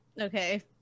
Okay